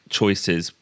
choices